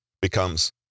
becomes